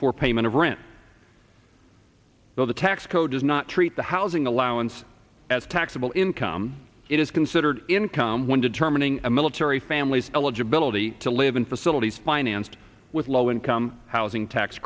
for payment of rent though the tax code does not treat the housing allowance as taxable income it is considered income when determining a military families eligibility to live in facilities financed with low income housing tax